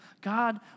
God